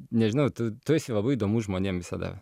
nežinau tu tu esi labai įdomus žmonėm visada